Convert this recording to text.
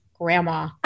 grandma